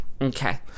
okay